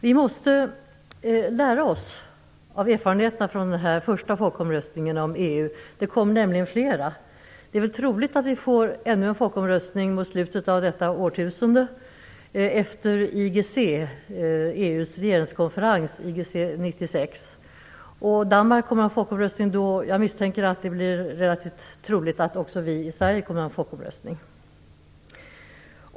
Vi måste lära oss av erfarenheterna från den första folkomröstningen om EU. Det kommer nämligen flera. Det är troligt att vi får ännu en folkomröstning mot slutet av detta årtusende, efter EU:s regeringskonferens IGC 96. Danmark kommer att ha folkomröstning då och jag misstänker att det är troligt att också vi i Sverige kommer att ha en folkomröstning.